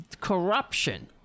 corruption